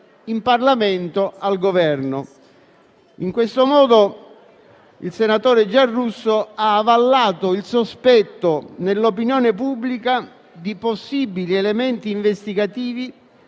di Porto Empedocle. In questo modo il senatore Giarrusso ha avallato il sospetto nell'opinione pubblica di possibili elementi investigativi